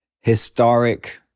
historic